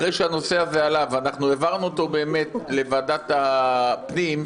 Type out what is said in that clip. אחרי שהנושא הזה עלה והעברנו אותו לוועדת הפנים,